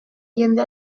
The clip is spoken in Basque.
jende